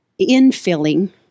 infilling